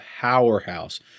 powerhouse